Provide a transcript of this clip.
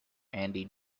andy